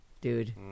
dude